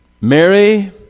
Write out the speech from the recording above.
Mary